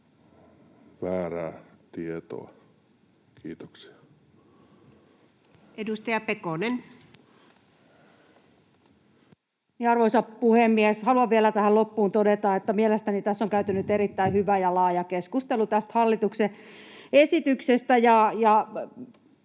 väärää tietoa. — Kiitoksia. Edustaja Pekonen. Arvoisa puhemies! Haluan vielä tähän loppuun todeta, että mielestäni tässä on käyty nyt erittäin hyvä ja laaja keskustelu tästä hallituksen esityksestä,